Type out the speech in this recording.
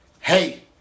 Hey